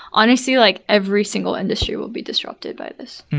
honestly, like every single industry will be disrupted by this.